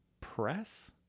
press